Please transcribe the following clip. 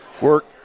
work